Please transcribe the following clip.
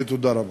תודה רבה.